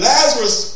Lazarus